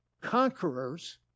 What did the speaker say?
conquerors